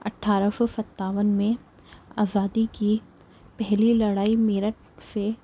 اٹھارہ سو ستاون میں آزادی کی پہلی لڑائی میرٹھ سے